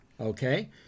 Okay